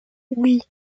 oui